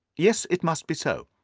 yes, it must be so.